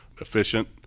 efficient